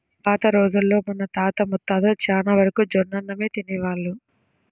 పాత రోజుల్లో మన తాత ముత్తాతలు చానా వరకు జొన్నన్నమే తినేవాళ్ళు